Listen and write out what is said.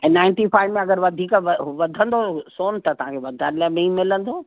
ninety five में अगरि वधीक व वधंदो सोन त वधारे तांईं मिलंदो